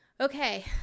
okay